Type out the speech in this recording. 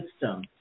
system